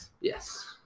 yes